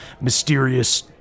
mysterious